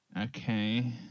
Okay